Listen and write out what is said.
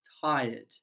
tired